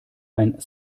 ein